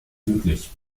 möglich